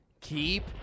keep